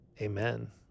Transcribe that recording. amen